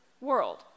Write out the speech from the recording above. world